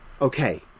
Okay